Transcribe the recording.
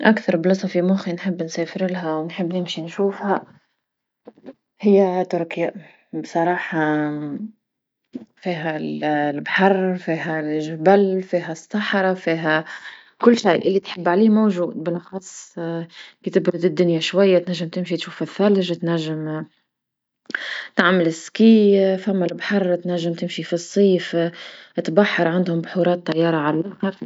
أكثر بلاصة في مخي نحب نسافر لها ونحب نمشي نشوفها هيا تركية، بصراحة فيها البحر فيها الجبل وفيها الصحراء وفيها كل شيء اللي تحب عليه موجود، بالأخص كي تبرد الدنيا شوية تنجم تمشي تشوف الثلج تعمل تنجم تعمل سكي ثما لبحر تنجم تمشي في الصيف تبحر عندهم البحيرات طيارة على لخر.